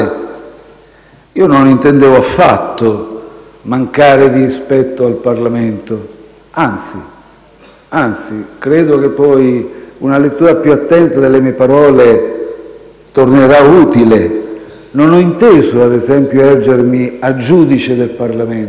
Non intendevo affatto mancare di rispetto al Parlamento, anzi credo che una lettura più attenta delle mie parole tornerà utile. Non ho inteso ad esempio ergermi a giudice del Parlamento.